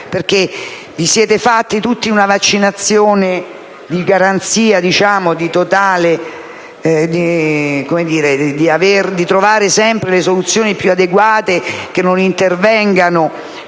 vi siete fatti tutti una vaccinazione di garanzia, che vi assicura di trovare sempre le soluzioni più adeguate e che non intervengano